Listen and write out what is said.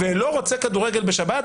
-- הוא לא רוצה כדורגל בשבת,